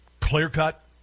clear-cut